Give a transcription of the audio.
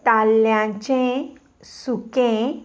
ताल्ल्यांचें सुकें